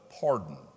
pardon